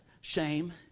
Shame